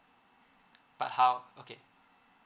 but how okay